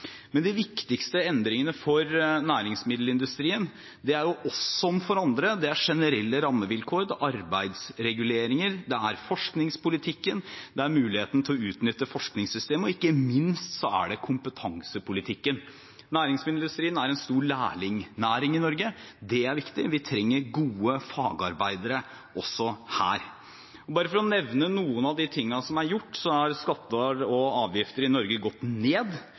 De viktigste endringene for næringsmiddelindustrien – som for andre – er generelle rammevilkår. Det er arbeidsreguleringer, det er forskningspolitikken, det er muligheten til å utnytte forskningssystemet, og ikke minst er det kompetansepolitikken. Næringsmiddelindustrien er en stor lærlingnæring i Norge. Det er viktig, vi trenger gode fagarbeidere også her. Bare for å nevne noen av de tingene som er gjort: Skatter og avgifter i Norge har gått ned,